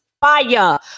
fire